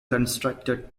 constructed